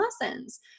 lessons